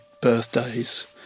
birthdays